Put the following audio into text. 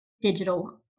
digital